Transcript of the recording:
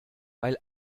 weil